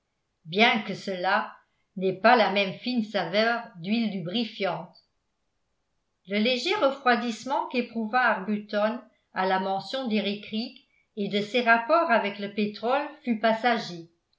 bien que cela n'ait pas la même fine saveur d'huile lubrifiante le léger refroidissement qu'éprouva arbuton à la mention d'eriécreek et de ses rapports avec le pétrole fut passager